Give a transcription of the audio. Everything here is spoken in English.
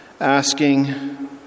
asking